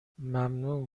ممنون